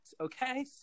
okay